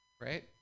right